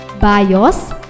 BIOS